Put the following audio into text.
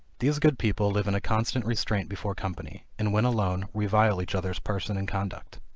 these good people live in a constant restraint before company, and when alone, revile each other's person and conduct.